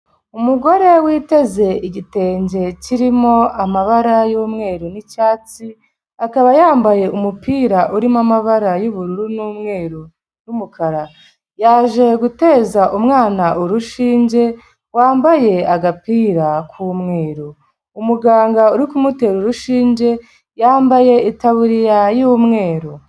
Umugore witeze igitenge kirimo amabara y'umweru n'icyatsi, akaba yambaye umupira urimo amabara y'ubururu n'umweru n'umukara yaje guteza umwana urushinge wambaye agapira k'umweru. Umuganga urikumutera urushinge yambaye itaburiya y'umweru.